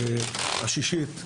השישית,